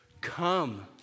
Come